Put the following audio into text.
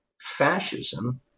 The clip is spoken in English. fascism